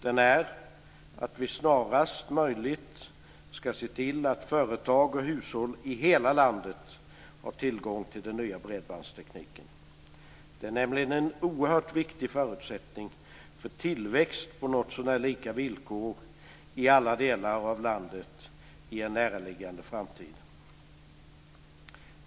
Den är att vi snarast möjligt ska se till att företag och hushåll i hela landet har tillgång till den nya bredbandstekniken. Det är nämligen en oerhört viktig förutsättning för tillväxt på något så när lika villkor i alla delar av landet i en näraliggande framtid.